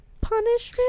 punishment